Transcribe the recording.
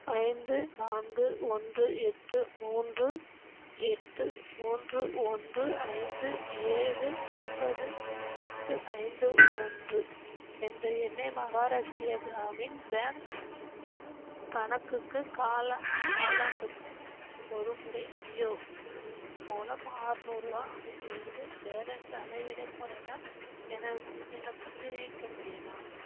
ஐந்து நான்கு ஒன்று எட்டு மூன்று எட்டு மூன்று ஒன்று ஐந்து ஏழு ஒன்பது எட்டு ஐந்து ஒன்று என்ற எண்ணை மஹாராஷ்டிய கிராமின் பேங்க் கணக்குக்கு காலா காலாண்டுக்கு ஒருமுறை ஜியோ மூலம் அற்நூறுவா அனுப்பிவிட்டு பேலன்ஸ் அதைவிடக் குறைந்தால் எனக் எனக்குத் தெரிவிக்க முடியுமா